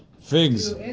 figs